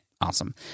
awesome